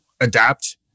adapt